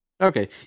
Okay